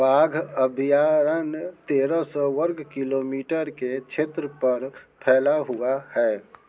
बाघ अभयारण्य तेरह सौ वर्ग किलोमीटर के क्षेत्र पर फैला हुआ है